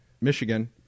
Michigan